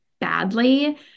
badly